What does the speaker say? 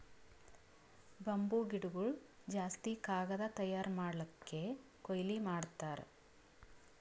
bamboo ಗಿಡಗೊಳ್ ಜಾಸ್ತಿ ಕಾಗದ್ ತಯಾರ್ ಮಾಡ್ಲಕ್ಕೆ ಕೊಯ್ಲಿ ಮಾಡ್ತಾರ್